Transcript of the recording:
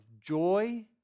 joy